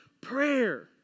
prayer